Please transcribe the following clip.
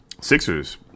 Sixers